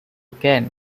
can